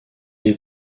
les